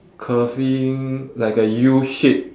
curving like a U shape